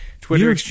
Twitter